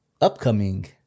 upcoming